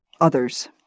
others